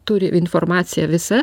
turi informaciją visą